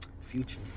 Future